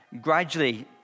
gradually